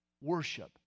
Worship